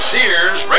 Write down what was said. Sears